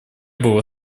было